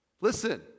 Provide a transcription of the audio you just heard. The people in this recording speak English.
listen